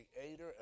creator